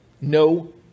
No